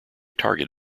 target